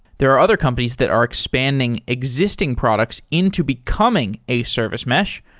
there are other companies that are expanding existing products into becoming a service mesh.